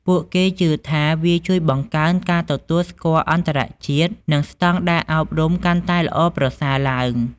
ពួកគេជឿថាវាជួយបង្កើនការទទួលស្គាល់អន្តរជាតិ និងស្តង់ដារអប់រំកាន់តែល្អប្រសើរឡើង។